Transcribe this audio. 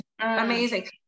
Amazing